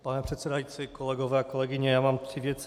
Pane předsedající, kolegyně, kolegové, mám tři věci.